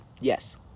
Yes